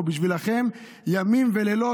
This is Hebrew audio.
אנחנו נעבוד פה בשבילכם ימים ולילות,